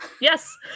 Yes